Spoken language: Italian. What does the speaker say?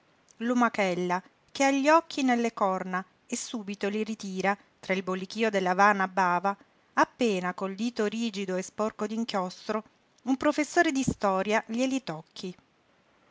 popolino lumachella che ha gli occhi nelle corna e subito li ritira tra il bollichío della vana bava appena col dito rigido e sporco d'inchiostro un professore di storia glieli tocchi